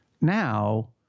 now